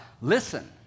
listen